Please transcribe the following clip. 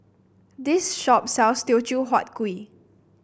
this shop sells Teochew Huat Kuih